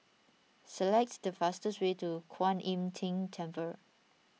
select the fastest way to Kwan Im Tng Temple